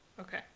Okay